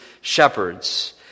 shepherds